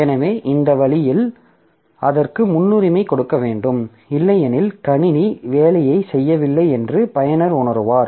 எனவே அந்த வழியில் அதற்கு முன்னுரிமை கொடுக்க வேண்டும் இல்லையெனில் கணினி வேலையைச் செய்யவில்லை என்று பயனர் உணருவார்